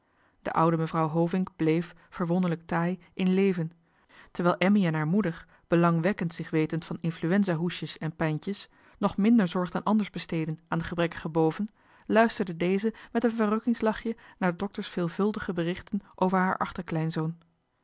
de oude mevrouw hovink bleef verwonderlijk taai in leven terwijl emmy en haar moeder belangwekkend zich wetend van influenza hoestjes en pijntjes nog minder zorg dan anders besteedden aan de oude gebrekkige boven luisterde deze met een verrukkingslachje naar dokter's veel vuldige berichten over haar